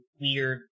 weird